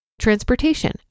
Transportation